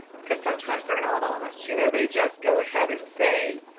cause sometimes they're not honest, you know they just go ahead and say,